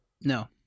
No